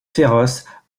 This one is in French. féroces